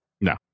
No